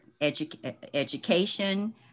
education